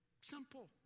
Simple